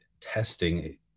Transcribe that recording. testing